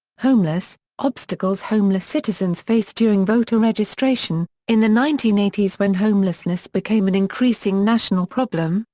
homeless obstacles homeless citizens face during voter registration in the nineteen eighty s when homelessness became an increasing national problem,